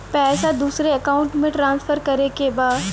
पैसा दूसरे अकाउंट में ट्रांसफर करें के बा?